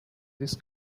this